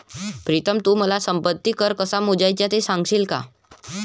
प्रीतम तू मला संपत्ती कर कसा मोजायचा ते सांगशील का?